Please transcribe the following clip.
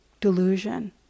delusion